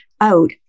out